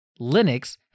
linux